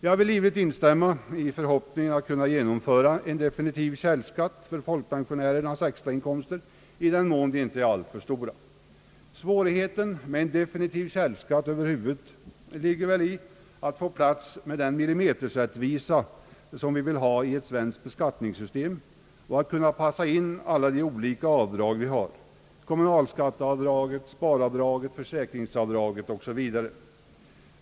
Jag vill livligt instämma i förhoppningen att kunna genomföra en definitiv källskatt för folkpensionärernas extrainkomster, i den mån de inte är alltför stora. Svårigheten med en definitiv källskatt över huvud taget ligger väl i att få plats med den millimeterrättvisa, som vi vill ha i ett svenskt skattesystem, och att kunna passa in alla de olika avdragen, kommunalskatteavdraget, sparavdraget, försäkringsavdraget osv.